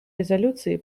резолюции